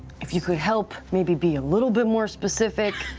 if you could help, maybe be a little bit more specific,